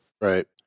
Right